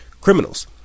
criminals